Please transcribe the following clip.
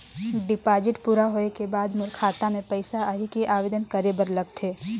Deposit पूरा होय के बाद मोर खाता मे पइसा आही कि आवेदन करे बर लगथे?